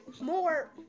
more